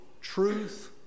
truth